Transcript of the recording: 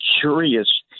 curious